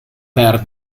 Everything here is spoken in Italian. per